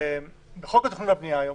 בחוק התכנון והבנייה היום